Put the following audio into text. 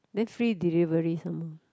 then free delivery somemore